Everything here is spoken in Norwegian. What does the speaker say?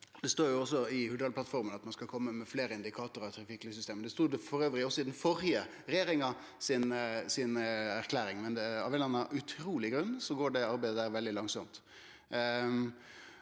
Det står også i Hurdalsplattforma at ein skal kome med fleire indikatorar i trafikklyssystemet. Det stod det også i den førre regjeringa si erklæring, men av ein eller annan utruleg grunn går det arbeidet veldig langsamt.